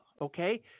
okay